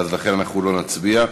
לכן, לא נצביע.